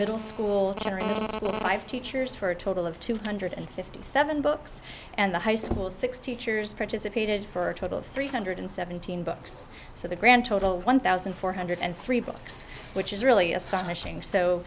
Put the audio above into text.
middle school teachers for a total of two hundred fifty seven books and the high school six teachers participated for a total of three hundred seventeen books so the grand total one thousand four hundred and three books which is really astonishing so